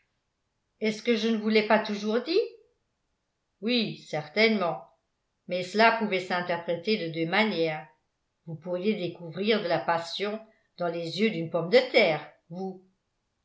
est-ce que je ne vous l'ai pas toujours dit oui certainement mais cela pouvait s'interpréter de deux manières vous pourriez découvrir de la passion dans les yeux d'une pomme de terre vous